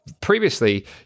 Previously